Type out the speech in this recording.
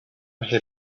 had